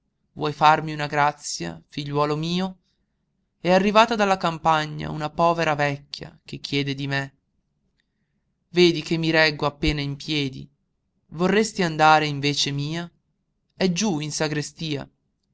vuoi farmi una grazia figliuolo mio è arrivata dalla campagna una povera vecchia che chiede di me vedi che mi reggo appena in piedi vorresti andare in vece mia è giú in sagrestia